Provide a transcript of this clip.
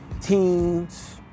Teens